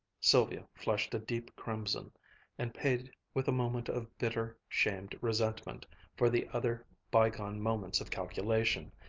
sylvia flushed a deep crimson and paid with a moment of bitter, shamed resentment for the other bygone moments of calculation.